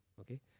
okay